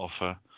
offer